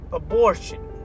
abortion